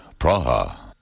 Praha